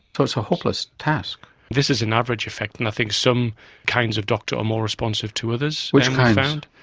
so it's a hopeless task. this is an average effect, and i think some kinds of doctor are more responsive to others that we found.